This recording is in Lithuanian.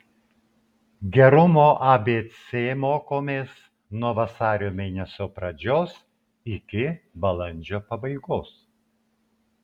gerumo abc mokomės nuo vasario mėnesio pradžios iki balandžio pabaigos